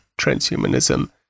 transhumanism